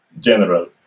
general